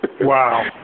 Wow